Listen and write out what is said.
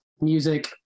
music